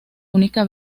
única